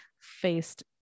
faced